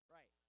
Right